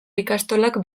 ikastolak